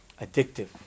addictive